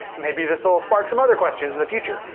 maybe this'll spark some other questions in the future.